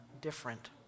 different